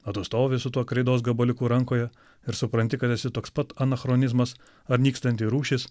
o tu stovi su tuo kreidos gabaliuku rankoje ir supranti kad esi toks pat anachronizmas ar nykstanti rūšis